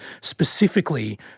specifically